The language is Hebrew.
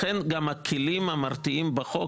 לכן גם הכלים המרתיעים בחוק,